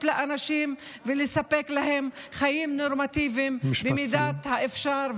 לאנשים ולספק להם חיים נורמטיביים במידת האפשר,